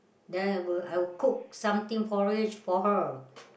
then I will I will cook something porridge for her